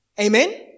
Amen